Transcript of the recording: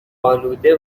آلوده